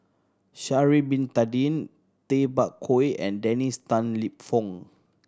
Sha'ari Bin Tadin Tay Bak Koi and Dennis Tan Lip Fong